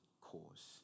cause